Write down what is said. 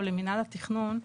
או למינהל התכנון.